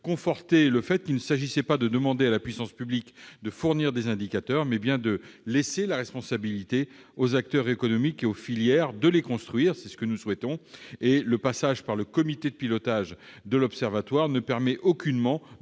conforter l'idée qu'il ne s'agissait pas de demander à la puissance publique de fournir des indicateurs, mais bien de laisser la responsabilité aux acteurs économiques et aux filières de les construire. C'est ce que nous souhaitons. Le passage par le comité de pilotage de l'Observatoire ne permet aucunement